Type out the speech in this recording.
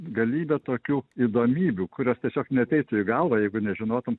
galybę tokių įdomybių kurios tiesiog neateitų į galvą jeigu nežinotum